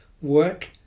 work